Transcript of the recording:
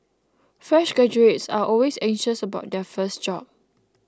fresh graduates are always anxious about their first job